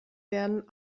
werden